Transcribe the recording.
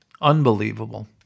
Unbelievable